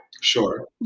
Sure